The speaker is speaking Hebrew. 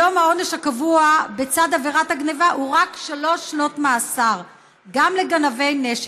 היום העונש הקבוע בצד עבירת הגנבה הוא רק שלוש שנות מאסר גם לגנבי נשק.